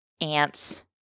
ants